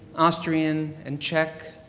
austrian, and czech